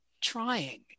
trying